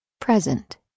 present